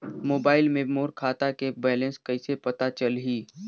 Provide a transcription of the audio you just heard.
Mobile मे मोर खाता के बैलेंस कइसे पता चलही?